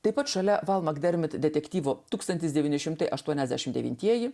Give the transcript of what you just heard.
taip pat šalia val mak dermit detektyvo tūkstantis devyni šimtai aštuoniasdešimt devintieji